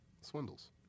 swindles